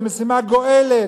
זו משימה גואלת,